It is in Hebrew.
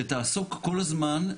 שתעסוק כל הזמן,